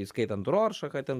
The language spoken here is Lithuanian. įskaitant uroršachą ten